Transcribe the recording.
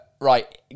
Right